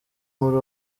muri